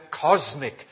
cosmic